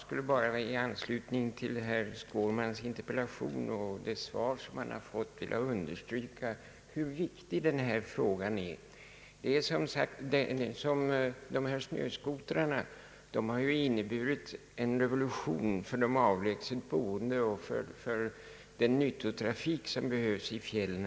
Herr talman! I anslutning till herr Skårmans interpellation och det svar som han har fått vill jag endast understryka hur viktig den här frågan är. Snöscooters har inneburit en revolution för de avlägset boende och den nyttotrafik som behövs i fjällen.